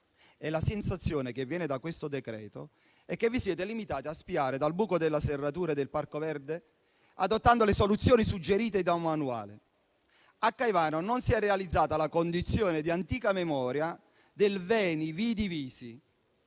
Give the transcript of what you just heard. La sensazione che viene da questo decreto-legge, però, è che vi siate limitati a spiare dal buco della serratura del Parco Verde, adottando le soluzioni suggerite da un manuale. A Caivano non si è realizzata la condizione di antica memoria del *veni*,*vidi*,